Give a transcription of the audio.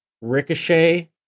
Ricochet